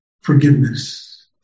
forgiveness